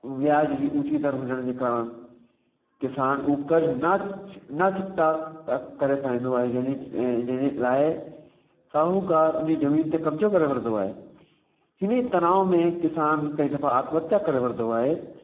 ब्याज जी ऊची दर मिलण जे कारण किसान हू कर न न चुकता कर करे पाईंदो आहे जंहिंमें जंहिंजे लाइ साहुकार जी ज़मीन ते कबिजो करे वठंदो आहे हिन ई तनाव में किसान कई दफ़ा आत्म हत्या करे वठंदो आहे